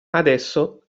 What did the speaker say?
adesso